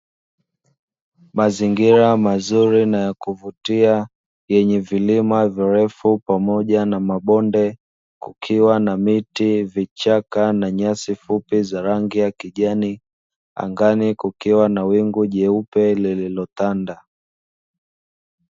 Mazingira mazuri na ya kuvutia, yenye vilima virefu pamoja na mabonde, kukiwa na miti, vichaka na nyasi fupi, za rangi ya kijani. Angani kukiwa na wingu jeupe lililotanda.